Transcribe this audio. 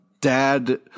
Dad